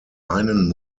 einen